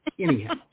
Anyhow